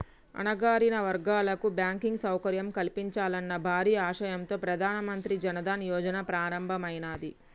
అణగారిన వర్గాలకు బ్యాంకింగ్ సౌకర్యం కల్పించాలన్న భారీ ఆశయంతో ప్రధాన మంత్రి జన్ ధన్ యోజన ప్రారంభమైనాది